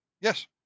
Yes